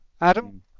adam